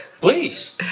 Please